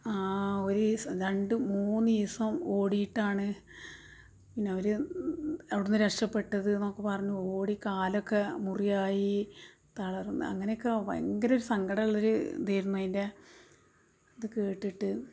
രണ്ട് മൂന്നിസം ഓടീട്ടാണ് പിന്നെയവര് അവിടുന്ന് രക്ഷപ്പെട്ടതെന്നൊക്കെ പറഞ്ഞ് ഓടി കാലൊക്കെ മുറിയായി തളർന്ന് അങ്ങനെയൊക്കെ ഭയങ്കരമൊരു സങ്കടമുള്ളൊരു ഇതേയിരുന്നു അതിൻ്റെ ഇത് കേട്ടിട്ട്